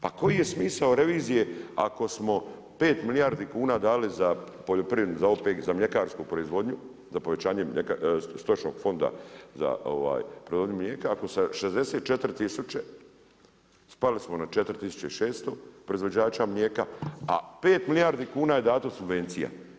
Pa koji je smisao revizije, ako smo 5 milijardi kuna dali za poljoprivredu, za OPG, za mljekarsku proizvodnju, za povećanje stočnog fonda za proizvodnju mlijeka, ako se 64000 spali smo na 4600 proizvođača mlijeka, a 5 milijardi kuna je dato subvencija.